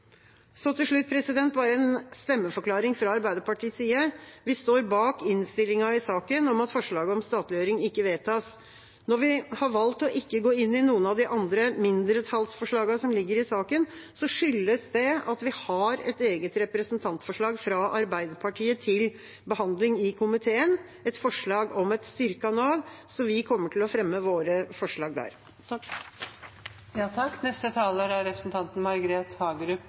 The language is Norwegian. Til slutt bare en stemmeforklaring fra Arbeiderpartiets side. Vi står bak innstillinga i saken om at forslaget om statliggjøring ikke vedtas. Når vi har valgt ikke å gå inn i noen av mindretallsforslagene som ligger i saken, skyldes det at vi har et eget representantforslag fra Arbeiderpartiet til behandling i komiteen, et forslag om et styrket Nav. Vi kommer til å fremme våre forslag der. Nav er selve grunnmuren i velferdssamfunnet vårt og pandemien har vist oss hvor viktig Nav er.